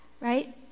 right